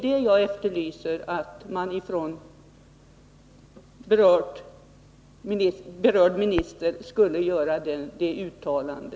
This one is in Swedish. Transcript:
Det jag efterlyser från berörd minister är ett sådant uttalande.